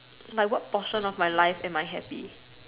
like what portion of my life am I happy